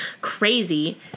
crazy